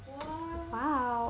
[what]